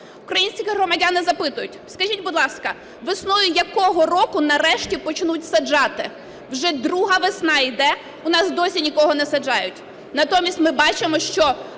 Українські громадяни запитують: "Скажіть, будь ласка, весною якого року нарешті почнуть саджати?" Вже друга весна йде, у нас досі нікого не саджають. Натомість, ми бачимо, що